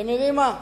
אתם יודעים מה?